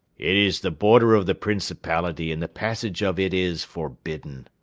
it is the border of the principality and the passage of it is forbidden.